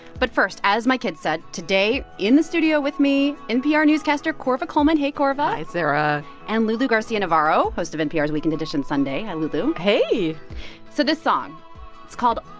but first, as my kids said, today in the studio with me, npr newscaster korva coleman. hey, korva hi, sarah and lulu garcia-navarro, host of npr's weekend edition sunday. hi, lulu hey so this song it's called,